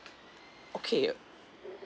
okay